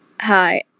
Hi